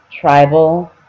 tribal